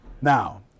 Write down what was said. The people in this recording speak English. now